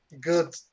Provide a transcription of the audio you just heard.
good